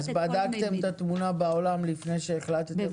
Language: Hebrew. בדקתם את התמונה בעולם לפני שהחלטתם?